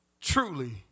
truly